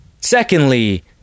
Secondly